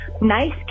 Nice